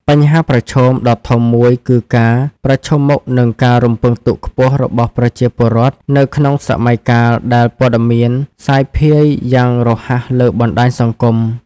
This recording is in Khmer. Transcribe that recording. បញ្ហាប្រឈមដ៏ធំមួយគឺការប្រឈមមុខនឹងការរំពឹងទុកខ្ពស់របស់ប្រជាពលរដ្ឋ នៅក្នុងសម័យកាលដែលព័ត៌មានសាយភាយយ៉ាងរហ័សលើបណ្តាញសង្គម។